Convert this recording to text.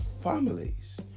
families